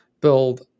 build